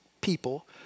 people